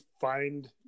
find